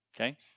Okay